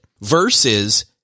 versus